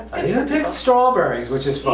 and even picked strawberries, which is fun